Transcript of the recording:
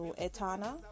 Etana